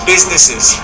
businesses